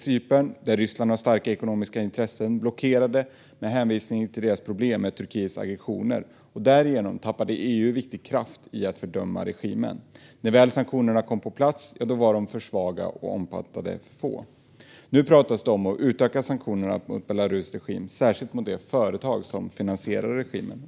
Cypern, där Ryssland har starka ekonomiska intressen, blockerade med hänvisning till deras problem med Turkiets aggressioner. Därigenom tappade EU viktig kraft i att fördöma regimen. När väl sanktionerna kom på plats var de för svaga och omfattade för få. Nu pratas det om att utöka sanktionerna mot Belarus regim, särskilt mot de företag som finansierar regimen.